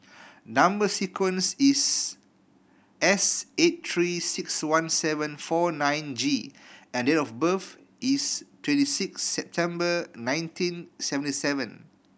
number sequence is S eight Three Six One seven four nine G and date of birth is twenty six September nineteen seventy seven